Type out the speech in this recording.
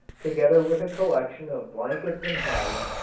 together with a collection of blankets and hides,